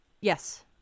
Yes